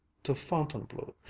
to fontainebleau,